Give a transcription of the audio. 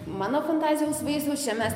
mano fantazijaus vaisiaus čia mes